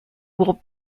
will